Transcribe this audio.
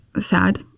Sad